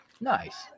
Nice